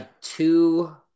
two